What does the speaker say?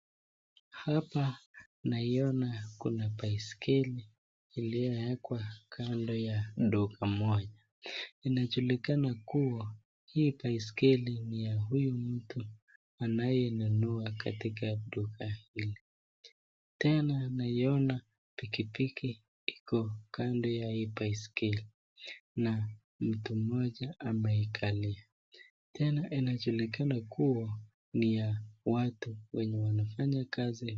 Hapa naiona kuna baiskeli iliyo ekwa kando ya duka moja. Inajulikana kuwa hii baiskeli ni ya huyu mtu anayenunua katika duka hili. Tena naiona pikipiki iko kando ya hii baskeli tena mtu ameikalia. Inajulikana kuwa ya watu wenye wanafanya kazi.